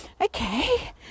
okay